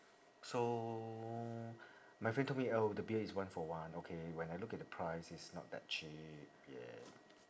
so my friend told me oh the beer is one for one okay when I look at the price it's not that cheap yeah